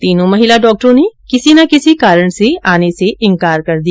तीनों महिला डॉक्टरों ने किसी न किसी कारण से आने से इंकार कर दिया